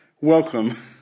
Welcome